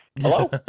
hello